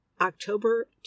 october